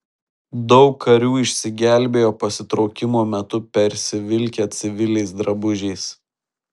daug karių išsigelbėjo pasitraukimo metu persivilkę civiliais drabužiais